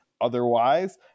otherwise